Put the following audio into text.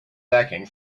lacking